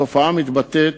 התופעה מתבטאת